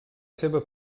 seva